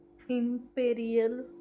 imperial